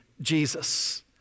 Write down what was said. Jesus